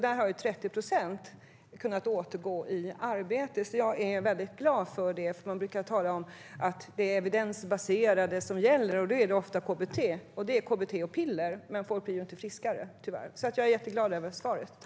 Där har 30 procent kunnat återgå i arbete. Man brukar tala om att det är det evidensbaserade som gäller, och då är det ofta KBT eller KBT och piller, men folk blir tyvärr inte friskare. Jag är därför jätteglad för svaret.